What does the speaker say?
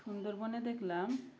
সুন্দরবনে দেখলাম